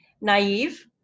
naive